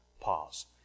pause